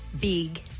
big